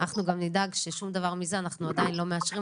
אנחנו גם נדאג ששום דבר מזה אנחנו עדיין לא מאשרים,